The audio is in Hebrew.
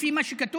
לפי מה שכתוב